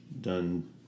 done